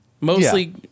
Mostly